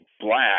black